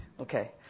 Okay